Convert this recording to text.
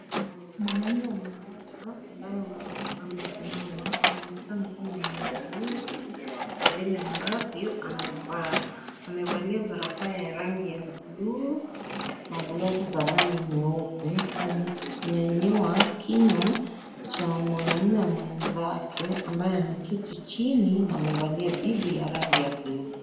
Mwanaume mmoja ambaye amesimama anaonekana kama ni muuguzi kwa vile ambavyo amevaa, amevalia barakoa ya rangi ya buluu na glafu za rangi nyeupe amenyanyua kinywa cha mwanaume mwenzake ambaye ameketi chini na amavalia bibi ya rangi ya buluu.